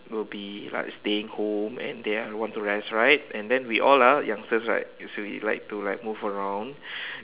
will be like staying home and they are want to rest right and then we all are youngsters right so we like to like move around